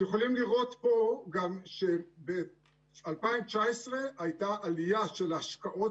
אתם יכולים לראות פה גם שב-2019 הייתה עלייה של השקעות,